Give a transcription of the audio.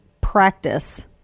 practice